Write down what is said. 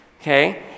okay